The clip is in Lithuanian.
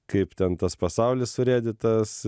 kaip ten tas pasaulis surėdytas